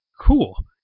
Cool